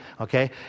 Okay